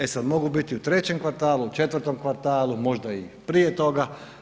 E sad, mogu biti u 3. kvartalu, u 4. kvartalu, možda i prije toga.